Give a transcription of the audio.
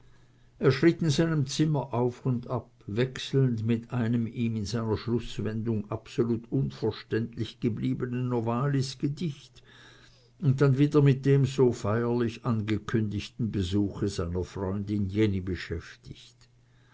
er schritt in seinem zimmer auf und ab abwechselnd mit einem ihm in seiner schlußwendung absolut unverständlich gebliebenen novalis gedicht und dann wieder mit dem so feierlich angekündigten besuche seiner freundin jenny beschäftigt